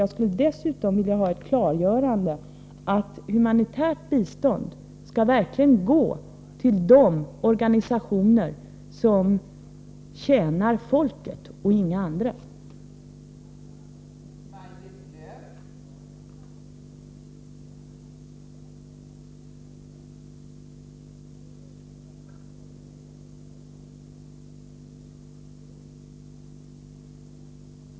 Jag skulle dessutom vilja ha ett klargörande, att vad vi betalar i humanitärt bistånd verkligen skall gå till de organ som tjänar folket och inte till några andra.